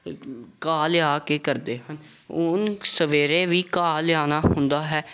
ਘਾਹ ਲਿਆ ਕੇ ਕਰਦੇ ਹਾਂ ਉਹਨੂੰ ਸਵੇਰੇ ਵੀ ਘਾਹ ਲਿਆਉਣਾ ਹੁੰਦਾ ਹੈ